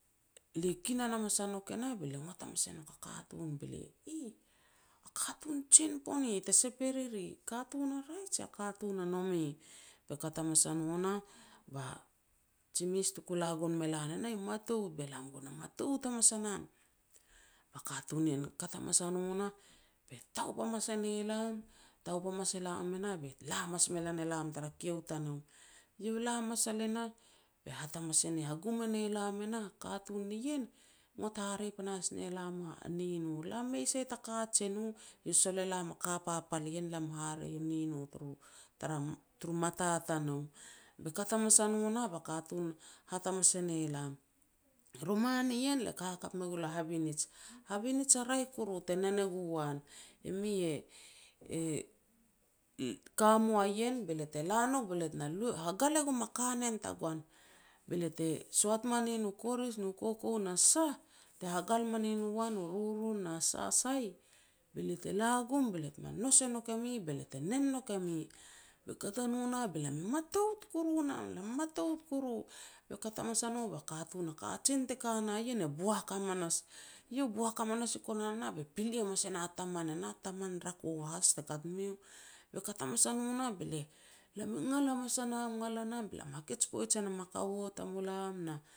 be lia kinan hamas a nouk e nah, be lia ngot hamas e nouk a katun, "Eeh, a katun jen pone te sep e riri, katun a raeh jia katun a nome." Be kat hamas a no nah ba ji mes tuku la gon me lan e ah e mataut be lam gon e mataut hamas a nam. Ba katun nien e kat hamas a no nah be taup hamas e ne lam, taup hamas e lam enah be la hamas me lan e lam tara kiu tanou. Eiau la hamas al e nah be hat hamas e ne hagum e ne lam e nah, katun nien, ngot hare pas ne lam a nino. Lam mei sai ta kajen u, eiau sol e lam a ka papal i ien, lam hare u nino turu mata tanou. Be kat hamas a no nah, ba katun e hat hamas e ne lam, "Roman ien, le ka hakap me gul a habinij, habinij a raeh kuru te nen e mi e ka mua ien be lia te la nouk be lia te na hagal e gum a kanen tagoan, be lia te hoat manin u korij nu koukou na sah te hagal manin gu an, u rurun na sa sai, be lia te la gum be lia teme nous e nouk e mi, be lia te nen nouk e mi. Be kat a no nah be lam matout kuru nam lam mataut kuru. Be kat hama a no ba katun a kajen te ka na ien e boak hamanas, iau boak hamas ui konan nah be pili hamas e na taman e nah taman rako te kat miu. Be kat hamas a no nah be lam e ngal hamas a nam, ngal a nam, be lam hakej poij e nam a kaua tamulam na